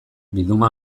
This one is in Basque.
bilduma